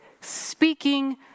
speaking